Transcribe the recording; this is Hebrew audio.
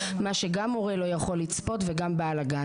מה שגם הורה לא יכול לצפות וגם בעל הבית.